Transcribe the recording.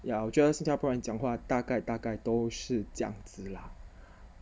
ya 我觉得新加坡人讲话大概大概都是这样子 lah